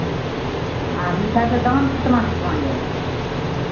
आ मिठाइके दाम कितना कितना यए